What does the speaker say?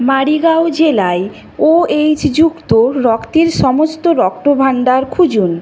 মারিগাঁও জেলায় ওএইচ যুক্ত রক্তের সমস্ত রক্ত ভাণ্ডার খুঁজুন